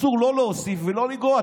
אסור לא להוסיף ולא לגרוע.